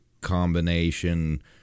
combination